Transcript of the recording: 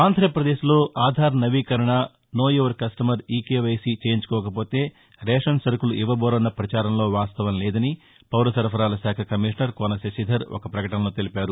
ఆంధ్రప్రదేశ్లో ఆధార్ నవీకరణ know your customer eKYC చేయించుకోకపోతే రేషన్ సరకులు ఇవ్వటోరన్న ప్రచారంలో వాస్తవం లేదని పౌరసరఫరాలశాఖ కమిషనరు కోన శశిధర్ ఒక పకటనలో తెలిపారు